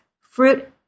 Fruit